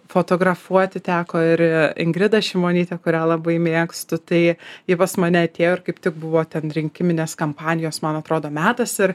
fotografuoti teko ir ingrida šimonytė kurią labai mėgstu tai ji pas mane atėjo ir kaip tik buvo ten rinkiminės kampanijos man atrodo metas ir